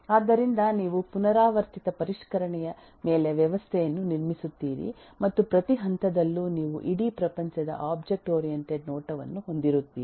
ಆದ್ದರಿಂದ ನೀವು ಪುನರಾವರ್ತಿತ ಪರಿಷ್ಕರಣೆಯ ಮೇಲೆ ವ್ಯವಸ್ಥೆಯನ್ನು ನಿರ್ಮಿಸುತ್ತೀರಿ ಮತ್ತು ಪ್ರತಿ ಹಂತದಲ್ಲೂ ನೀವು ಇಡೀ ಪ್ರಪಂಚದ ಒಬ್ಜೆಕ್ಟ್ ಓರಿಯಂಟೆಡ್ ನೋಟವನ್ನು ಹೊಂದಿರುತ್ತೀರಿ